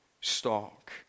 stock